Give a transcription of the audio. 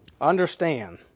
understand